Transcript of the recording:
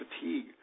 fatigue